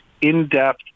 in-depth